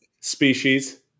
Species